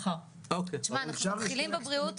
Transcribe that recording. תשמע אנחנו מתחילים לבריאות,